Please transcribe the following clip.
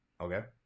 Okay